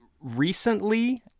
recently